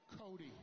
Cody